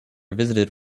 visited